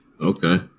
Okay